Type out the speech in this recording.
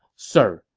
sir,